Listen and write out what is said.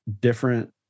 different